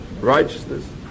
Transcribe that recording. righteousness